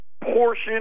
portion